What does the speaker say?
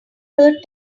third